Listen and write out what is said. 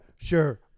sure